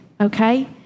okay